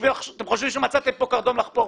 זאת